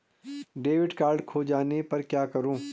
Debit card खो जाने पर क्या करूँ?